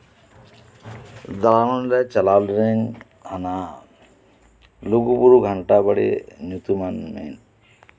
ᱫᱟᱬᱟᱱᱯᱮ ᱪᱟᱞᱟᱣ ᱞᱮᱱᱟᱧ ᱦᱟᱱᱟ ᱞᱩᱜᱩᱵᱩᱨᱩ ᱜᱷᱟᱱᱴᱟ ᱵᱟᱲᱮ ᱧᱩᱛᱩᱢᱟᱱ ᱢᱤᱫ